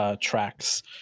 tracks